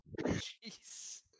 Jeez